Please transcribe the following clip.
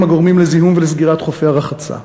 הגורמים לזיהום ולסגירת חופי הרחצה,